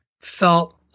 felt